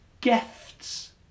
gifts